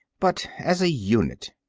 but as a unit.